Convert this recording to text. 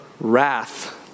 wrath